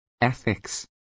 ethics